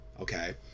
okay